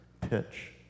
pitch